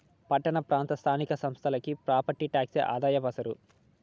పట్టణ ప్రాంత స్థానిక సంస్థలకి ప్రాపర్టీ టాక్సే ఆదాయ వనరు